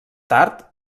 tard